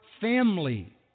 family